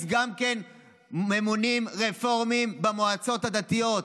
גם כן ממונים רפורמים במועצות הדתיות.